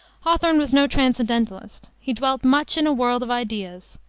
hawthorne was no transcendentalist. he dwelt much in a world of ideas,